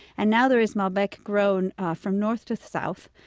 and now there is malbec grown from north to south.